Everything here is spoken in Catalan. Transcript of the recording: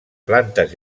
plantes